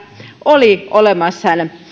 oli olemassa